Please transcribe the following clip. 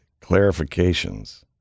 clarifications